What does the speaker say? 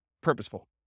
purposeful